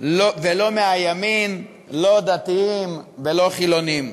ולא מהימין, לא דתיים ולא חילונים.